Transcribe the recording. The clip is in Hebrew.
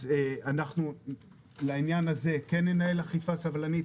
אז בעניין הזה כן ננהל אכיפה סבלנית.